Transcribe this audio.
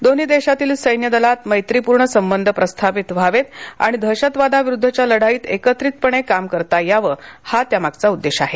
दोन्ही देशातील सैन्य दलात मैत्री पूर्ण संबंध प्रस्थापित व्हावेत आणि दहशदवादाविरुद्धच्या लढाईत एकत्रपणे काम करता यावं हा त्यामागचा उद्देश आहे